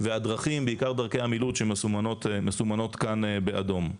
והדרכים, בעיקר דרכי המילוט, שמסומנות כאן באדום.